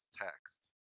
text